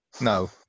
No